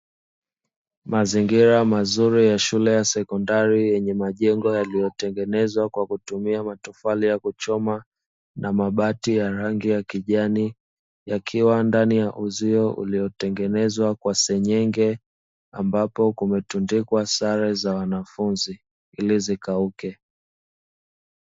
Mazingira mazuri ya shule ya sekondari, yenye majengo yaliyotengenezwa kwa kutumia matofali ya kuchoma na mabati ya rangi ya kijani, yakiwa ndani ya uzio uliotengenezwa kwa senyenge, ambapo kumetundikwa sare za wanafunzi ili zikauke.